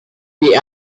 the